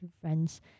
friends